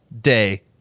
day